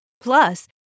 Plus